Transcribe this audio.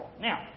Now